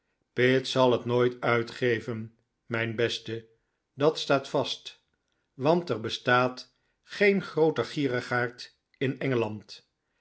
pitt zal het nooit uitgeven mijn beste dat staat vast want er bestaat geen g rooter gierigaard in engeland